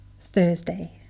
Thursday